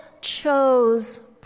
chose